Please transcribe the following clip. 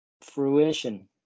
Fruition